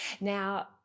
Now